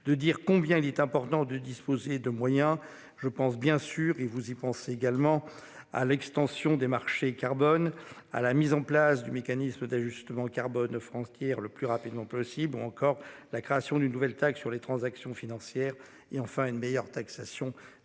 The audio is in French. de dire combien il est important de disposer de moyens je pense bien sûr et vous y pensez également à l'extension des marchés carbone à la mise en place du mécanisme d'ajustement carbone France tire le plus rapidement possible ou encore la création d'une nouvelle taxe sur les transactions financières et enfin une meilleure taxation des